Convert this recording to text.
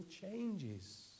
changes